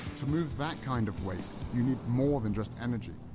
to move that kind of weight, you need more than just energy,